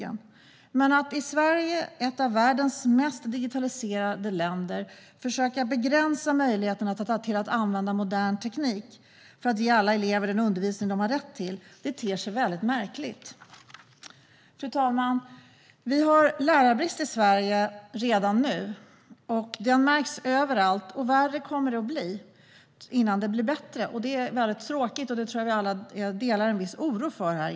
Men det ter sig väldigt märkligt att i Sverige, ett av världens mest digitaliserade länder, försöka begränsa möjligheterna att använda modern teknik för att ge alla elever den undervisning de har rätt till. Fru talman! Vi har lärarbrist i Sverige redan nu. Den märks överallt, och det kommer att bli värre innan det blir bättre. Detta är väldigt tråkigt, och jag tror att vi alla delar en viss oro över det.